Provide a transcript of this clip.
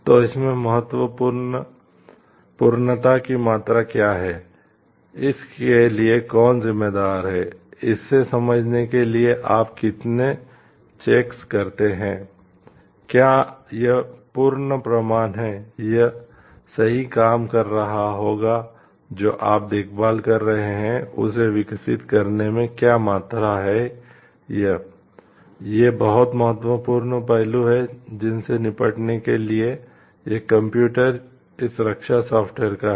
तो इसमें पूर्णता की मात्रा क्या है इसके लिए कौन जिम्मेदार है इसे समझने के लिए आप कितने चेक का है